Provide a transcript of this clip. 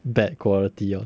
bad quality lor